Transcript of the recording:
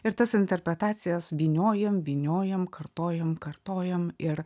ir tas interpretacijas vyniojam vyniojam kartojom kartojom ir